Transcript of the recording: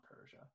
Persia